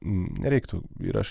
nereiktų ir aš